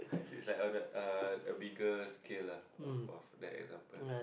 it's like on a uh a bigger scale lah of of that example